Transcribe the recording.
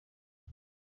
iki